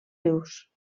rius